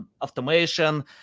automation